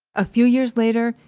a few years later,